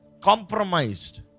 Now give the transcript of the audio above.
compromised